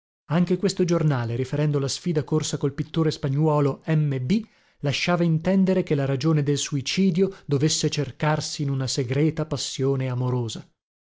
anche questo giornale riferendo la sfida corsa col pittore spagnuolo m b lasciava intendere che la ragione del suicidio dovesse cercarsi in una segreta passione amorosa